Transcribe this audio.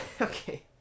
okay